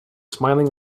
smiling